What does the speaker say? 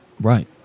Right